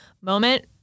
moment